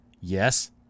Yes